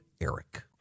ERIC